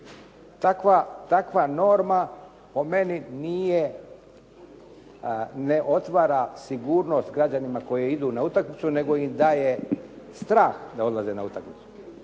Takva norma po meni nije, ne otvara sigurnost građanima koji idu na utakmicu, nego im daje strah da odlaze na utakmicu.